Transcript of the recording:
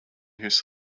his